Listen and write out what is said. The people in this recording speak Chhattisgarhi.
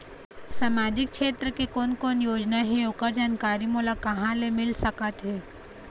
सामाजिक क्षेत्र के कोन कोन योजना हे ओकर जानकारी मोला कहा ले मिल सका थे?